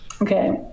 okay